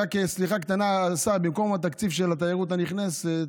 רק סליחה קטנה לשר: במקום התקציב של התיירות הנכנסת,